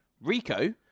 rico